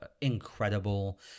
incredible